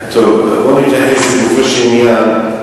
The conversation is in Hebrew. בואו נתייחס לגופו של עניין.